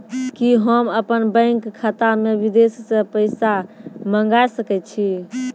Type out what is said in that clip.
कि होम अपन बैंक खाता मे विदेश से पैसा मंगाय सकै छी?